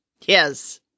Yes